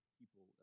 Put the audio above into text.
people